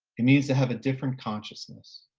it means to have a different consciousness,